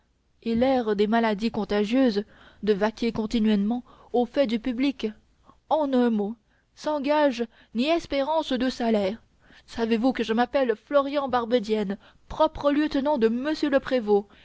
et l'air des maladies contagieuses de vaquer continuellement au fait du public en un mot sans gages ni espérances de salaire savez-vous que je m'appelle florian barbedienne propre lieutenant de m le prévôt